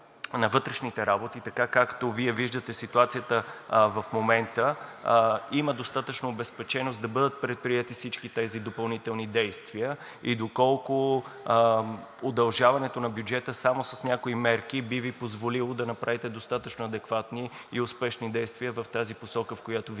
виждате ситуацията в момента, има достатъчно обезпеченост да бъдат предприети всички тези допълнителни действия и доколко удължаването на бюджета само с някои мерки би Ви позволило да направите достатъчно адекватни и успешни действия в тази посока, в която Вие отговорихте?